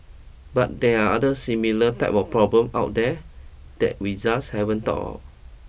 but there are other similar type of problems out there that we just haven't thought of